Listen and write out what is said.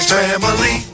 family